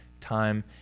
time